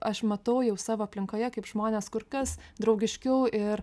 aš matau jau savo aplinkoje kaip žmonės kur kas draugiškiau ir